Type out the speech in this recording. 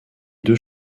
deux